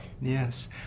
Yes